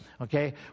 okay